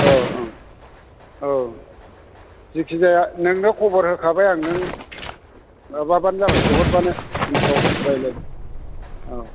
औ औ जायखिजाया नोंनो खबर होखाबाय आं नों माबाबानो जाबाय बिहरबानो उनफ्राव रायज्लाय औ